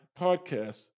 podcast